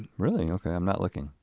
really, okay, i'm not looking.